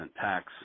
tax